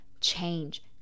change